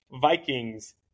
Vikings